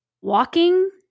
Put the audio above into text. walking